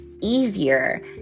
easier